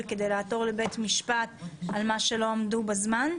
כדי לעתור לבית המשפט על זה שלא עמדו בזמנים?